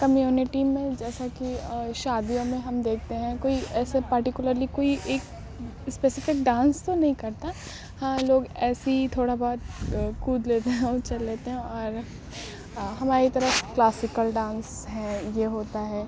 community میں جیسا کہ شادیوں میں ہم دیکھتے ہیں کوئی ایسے پاٹیکلرلی کوئی ایک اسپیسفک ڈانس تو نہیں کرتا ہاں لوگ ایسے ہی تھوڑا بہت کود لیتے ہیں اچھل لیتے ہیں اور ہماری طرف کلاسکل ڈانس ہے یہ ہوتا ہے